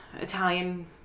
Italian